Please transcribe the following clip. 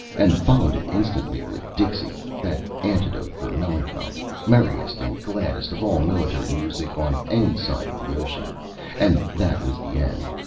and followed it instantly with dixie, that antidote for melancholy, merriest and gladdest of all military music on any side of the ocean and that was the end.